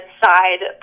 side